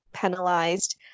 penalized